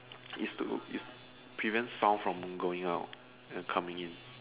is to is prevent sound from going out and coming in